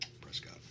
Prescott